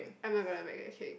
I'm not gonna make a cake